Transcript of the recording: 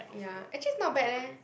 ya actually it's not bad leh